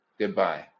Goodbye